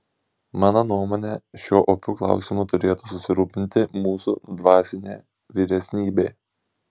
mano nuomone šiuo opiu klausimu turėtų susirūpinti mūsų dvasinė vyresnybė